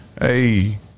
Hey